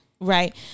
right